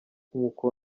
nkuko